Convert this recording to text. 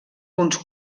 uns